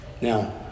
Now